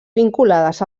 vinculades